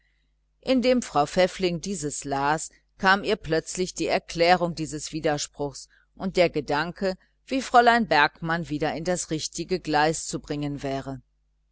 indem frau pfäffling dieses las und überdachte kam ihr plötzlich die erklärung dieses widerspruches und der gedanke wie fräulein bergmann wieder in das richtige geleise zu bringen wäre